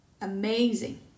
amazing